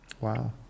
Wow